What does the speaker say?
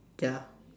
ya